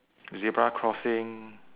zebra crossing